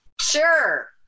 sure